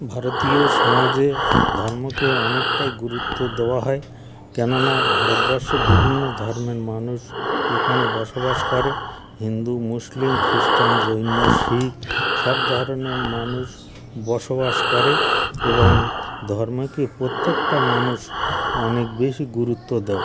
ভারতীয় সমাজে ধর্মকে অনেকটাই গুরুত্ব দেওয়া হয় কেননা ভারতবর্ষে বিভিন্ন ধর্মের মানুষ এখানে বসবাস করে হিন্দু মুসলিম খ্রিস্টান জৈন শিখ সব ধরনের মানুষ বসবাস করে এবং ধর্মকে প্রত্যেকটা মানুষ অনেক বেশি গুরুত্ব দেয়